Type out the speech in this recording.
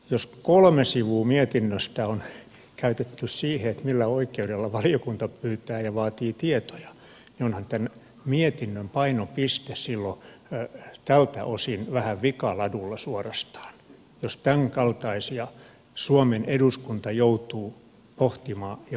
jos kolme sivua mietinnöstä on käytetty siihen millä oikeudella valiokunta pyytää ja vaatii tietoja niin onhan tämän mietinnön painopiste silloin tältä osin vähän vikaladulla suorastaan jos tämänkaltaisia suomen eduskunta joutuu pohtimaan ja vaatimaan